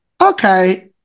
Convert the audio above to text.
Okay